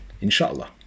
inshallah